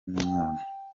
n’umwana